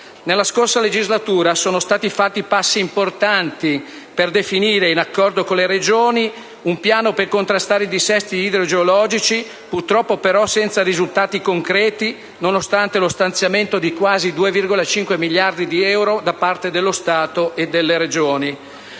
Nella scorsa legislatura sono stati fatti passi importanti per definire, in accordo con le Regioni, un piano per contrastare i dissesti idrogeologici, purtroppo però senza risultati concreti, nonostante lo stanziamento di quasi 2,5 miliardi di euro da parte dello Stato e delle Regioni.